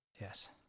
yes